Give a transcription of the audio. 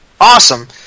awesome